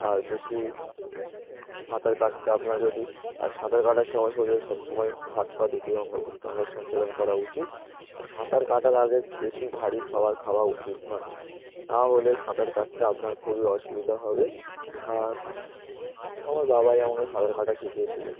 আর বেশি সাঁতার কাটতে আপনার যদি আর সাঁতার কাটার সময় শরীরে সব সময় হাত পা দুটি অঙ্গ প্রত্যঙ্গ সঞ্চালন করা উচিত আর সাঁতার কাটার আগে বেশি ভারী খাবার খাওয়া উচিত নয় নাহলে সাঁতার কাটতে আপনার খুবই অসুবিধা হবে আর আমার বাবাই আমাকে সাঁতার কাটা শিখিয়েছিলো